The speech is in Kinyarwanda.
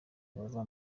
bava